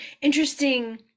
interesting